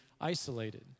isolated